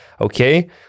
Okay